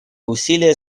усилия